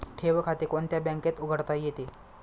ठेव खाते कोणत्या बँकेत उघडता येते?